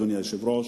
אדוני היושב-ראש,